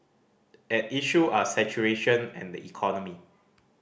at issue are saturation and the economy